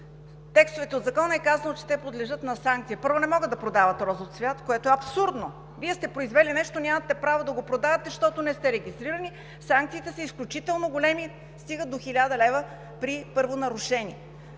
текстовете на Закона е казано, че те подлежат на санкция. Първо, не могат да продават розов цвят, което е абсурдно – произвели сте нещо, нямате право да го продавате, защото не сте регистрирани. Санкциите са изключително големи, стигат до 1000 лв. при първо нарушение.